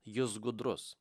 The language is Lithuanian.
jis gudrus